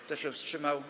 Kto się wstrzymał?